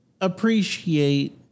appreciate